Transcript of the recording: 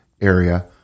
area